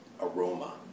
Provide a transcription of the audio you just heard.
aroma